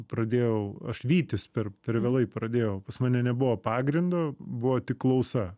pradėjau aš vytis per per vėlai pradėjau pas mane nebuvo pagrindo buvo tik klausa